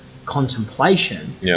contemplation